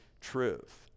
truth